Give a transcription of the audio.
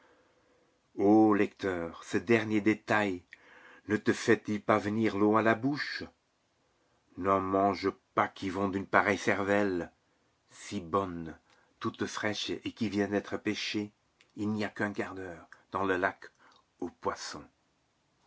lecteur ce dernier détail ne te fait-il pas venir l'eau à la bouche n'en mange pas qui vont d'une pareille cervelle si bonne toute fraîche et qui vient d'être pêchée il n'y a qu'un quart d'heure dans le lac aux poissons